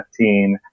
2015